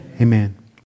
amen